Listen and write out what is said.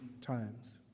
times